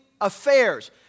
affairs